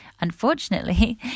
Unfortunately